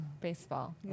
baseball